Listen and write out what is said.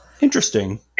Interesting